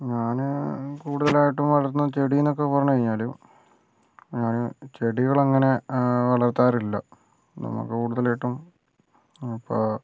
ഞാൻ കൂടുതലായിട്ടും വളർത്തുന്ന ചെടിയെന്നൊക്കെ പറഞ്ഞ് കഴിഞ്ഞാൽ ഞാൻ ചെടികളങ്ങനെ വളർത്താറില്ല നമുക്ക് കൂടുതലായിട്ടും ഇപ്പോൾ